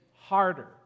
harder